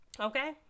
Okay